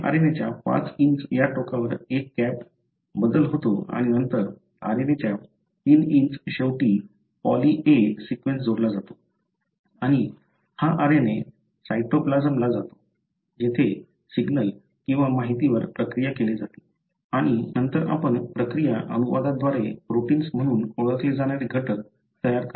RNA च्या 5' या टोकावर एक कॅप बदल होतो आणि नंतर RNA च्या 3 शेवटी पॉली A सीक्वेन्स जोडला जातो आणि हा RNA सायटोप्लाझमला जातो जेथे सिग्नल किंवा माहितीवर प्रक्रिया केली जाते आणि नंतर आपण प्रक्रिया अनुवादद्वारे प्रोटिन्स म्हणून ओळखले जाणारे घटक तयार करता